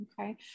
Okay